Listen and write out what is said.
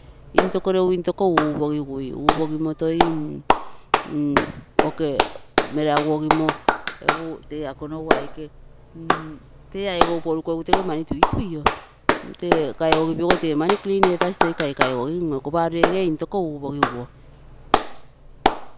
Intoko regu intooko upogigui, upogimo toi okee meraguogimo egu lee ako nogu aike tee aigou porukogigu teege mani tuituio. Tee kaigigipio ogo tee mani clean etasi toi kaikai gogimoo, paroo lege intooko upogigoo.